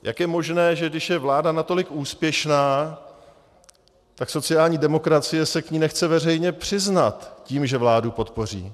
Jak je možné, že když je vláda natolik úspěšná, tak sociální demokracie se k ní nechce veřejně přiznat tím, že vládu podpoří.